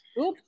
Oops